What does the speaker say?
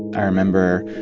i remember,